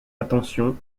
attention